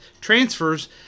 transfers